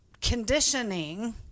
conditioning